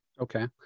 Okay